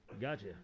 Gotcha